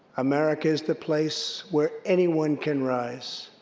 america is the place where anyone can rise.